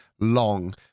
Long